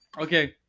Okay